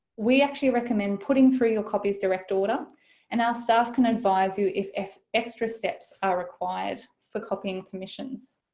we actually recommend putting through your copies direct order and our staff can advise you if if extra steps are required for copying permissions.